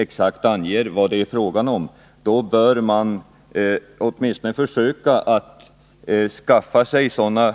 exakt anges vad det är fråga om, då bör man i invandrarverket åtminstone försöka att skaffa sig sådana